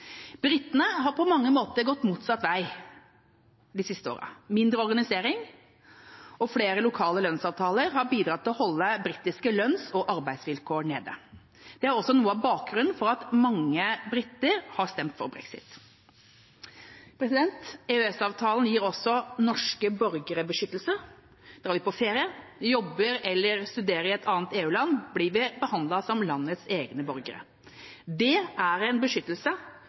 Britene har på mange måter gått motsatt vei de siste årene. Mindre organisering og flere lokale lønnsavtaler har bidratt til å holde britiske lønns- og arbeidsvilkår nede. Det er også noe av bakgrunnen for at mange briter har stemt for brexit. EØS-avtalen gir også norske borgere beskyttelse. Drar vi på ferie, jobber eller studerer i et annet EU-land, blir vi behandlet som landets egne borgere. Det er en beskyttelse